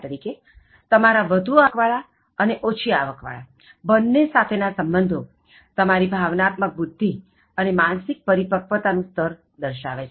ત તમારા વધુ આવકવાળા અને ઓછી આવકવાળા બન્ને સાથે ના સંબંધો તમારી ભાવનાત્મક બુદ્ધિ અને માનસિક પરિપક્વતા નું સ્તર દર્શાવે છે